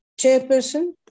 Chairperson